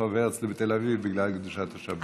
לרחוב הרצל בתל אביב בגלל קדושת השבת.